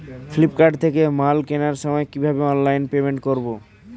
Flipkart থেকে মাল কেনার সময় কিভাবে অনলাইনে পেমেন্ট করব?